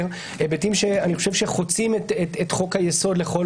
שאני חושב שחוצים את חוק היסוד לכל